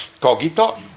Cogito